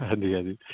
ਹਾਂਜੀ ਹਾਂਜੀ